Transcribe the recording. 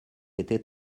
était